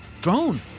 Drone